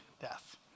death